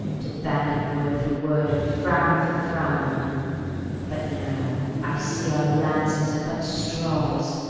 to bandy word for word and frown for frown but now i see our lances are but straws,